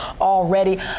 already